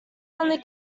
only